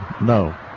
No